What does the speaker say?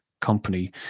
company